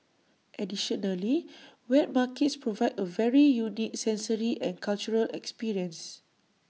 additionally wet markets provide A very unique sensory and cultural experience